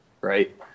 right